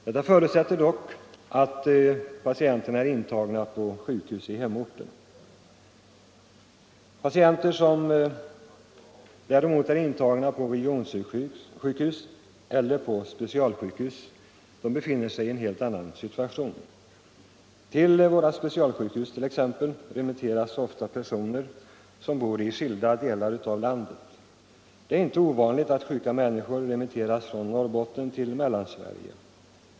Detta förutsätter att patienterna är intagna på sjukhus i hemorten. Patienter som är intagna på regionsjukhus eller på specialsjukhus befinner sig i en helt annan situation. Till våra specialsjukhus t.ex. remitteras ofta personer som bor i skilda delar av landet. Det är inte ovanligt att sjuka människor remitteras från Norrbotten till Mellansverige.